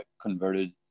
converted